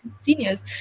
seniors